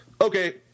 okay